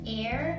air